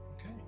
Okay